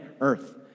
earth